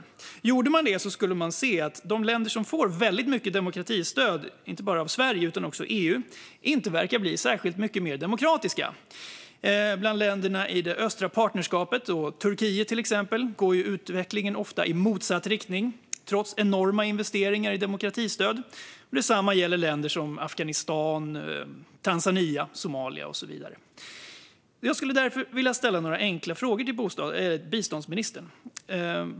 Om man gjorde en sådan genomgång skulle man se att de länder som får väldigt mycket demokratistöd - inte bara av Sverige utan också av EU - inte verkar bli särskilt mycket mer demokratiska. I till exempel länderna i det östliga partnerskapet och i Turkiet går utvecklingen ofta i motsatt riktning, trots enorma investeringar i demokratistöd. Detsamma gäller länder som Afghanistan, Tanzania och Somalia. Jag skulle därför vilja ställa några enkla frågor till biståndsministern.